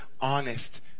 honest